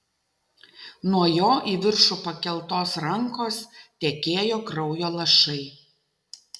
nuo jo į viršų pakeltos rankos tekėjo kraujo lašai